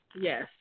Yes